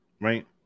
right